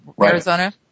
Arizona